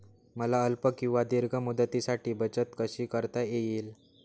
मला अल्प किंवा दीर्घ मुदतीसाठी बचत कशी करता येईल?